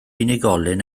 unigolyn